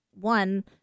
one